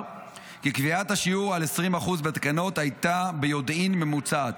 כי קביעת השיעור על 20% בתקנות הייתה ביודעין ממוצעת,